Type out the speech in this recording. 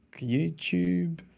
YouTube